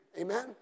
amen